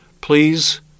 Please